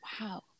wow